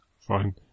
Fine